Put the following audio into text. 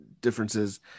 differences